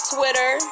Twitter